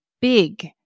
big